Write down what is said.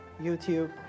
YouTube